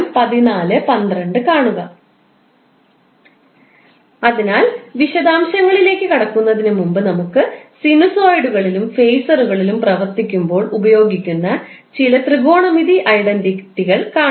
അതിനാൽ വിശദാംശങ്ങളിലേക്ക് കടക്കുന്നതിന് മുമ്പ് നമുക്ക് സിനുസോയിഡുകളിലും ഫേസറുകളിലും പ്രവർത്തിക്കുമ്പോൾ ഉപയോഗിക്കുന്ന ചില ത്രികോണമിതി ഐഡന്റിറ്റികൾ കാണാം